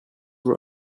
were